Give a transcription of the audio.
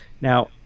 Now